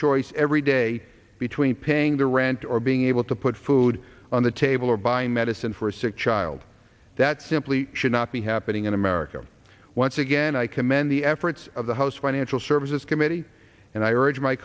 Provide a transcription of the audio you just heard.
choice every day between paying the rent or being able to put food on the table or buy medicine for a sick child that simply should not be happening in america once again i commend the efforts of the house financial services committee and i